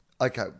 Okay